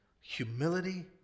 humility